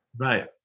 Right